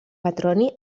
petroni